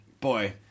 boy